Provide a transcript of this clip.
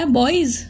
boys